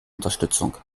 unterstützung